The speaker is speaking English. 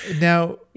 Now